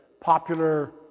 popular